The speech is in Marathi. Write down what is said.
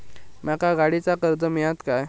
माका गाडीचा कर्ज मिळात काय?